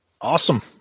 Awesome